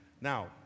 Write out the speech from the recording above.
Now